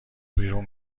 بیرون